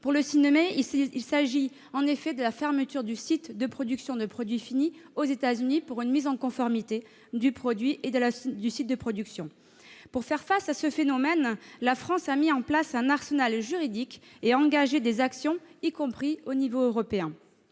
le Sinemet, il s'agit de la fermeture du site de production de produits finis aux États-Unis pour une mise en conformité à la fois du produit et du site. Pour faire face à ce phénomène, la France a mis en place un arsenal juridique et a engagé des actions, y compris à l'échelon européen.